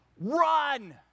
Run